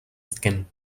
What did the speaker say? skin